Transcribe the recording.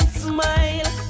smile